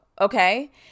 okay